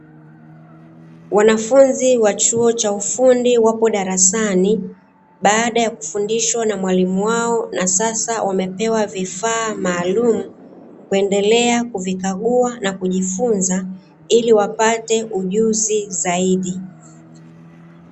Wanafunzi wa chuo cha ufundi wapo darasani baada ya kufundishwa na mwalimu wao, na sasa wamepewa vifaa maalumu, kuendelea kuvikagua na kujifunza, ili wapate ujuzi zaidi.